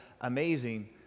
amazing